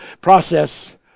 process